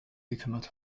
gekümmert